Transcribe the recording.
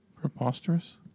Preposterous